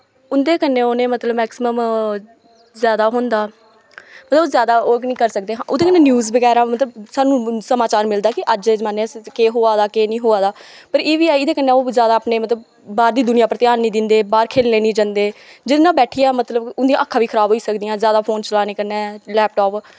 उंदे कन्नै उनें मतलव मैकसिमम जादा होंदा ओह् जादा ओह् बी नी करी सकदे ओह्दे कन्नै न्यूज़ बगैरा मतलव स्हानू समाचार मिलदा कि अज्ज दे जमाने च केह् होआ दा केह् नेंई होआ दा पर एह्दे कन्नै जादा अपने मतलव बाह्र दी दुनियां उप्पर ध्यान नी दिन्दे बाह्र खेलने नीं जंदे जियां बैठिया मतलव उंदियां अक्खां बी खराब होई सकदियां जादा फोन चलाने कन्नै लैपटॉप